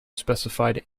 specified